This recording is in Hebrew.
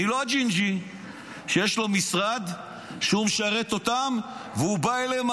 אני לא הג'ינג'י שיש לו משרד שמשרת אותם והוא בא אליהם